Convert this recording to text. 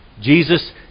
Jesus